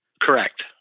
Correct